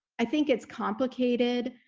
i think it's complicated.